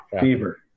fever